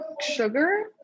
sugar